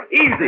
Easy